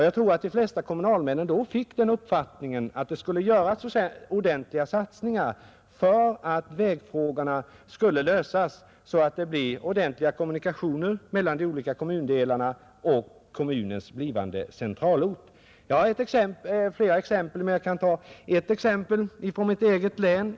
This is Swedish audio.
Jag tror att de flesta Nr 76 kommunalmän då fick den uppfattningen att det skulle göras ordentliga satsningar för att lösa vägfrågan och skapa goda kommunikationer mellan de olika kommundelarna och kommunens centralort. Jag skulle kunna anföra flera exempel men nöjer mig med ett från mitt eget län.